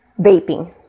vaping